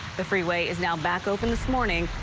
the freeway is now back open this morning.